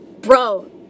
Bro